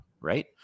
right